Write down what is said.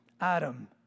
Adam